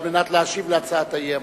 כדי להשיב על הצעת האי-אמון.